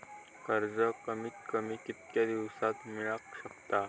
कर्ज कमीत कमी कितक्या दिवसात मेलक शकता?